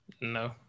No